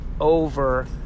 Over